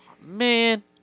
man